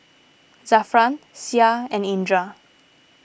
Zafran Syah and Indra